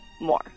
more